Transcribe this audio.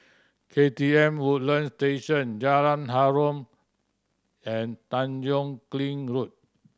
K T M Woodlands Station Jalan Harum and Tanjong Kling Road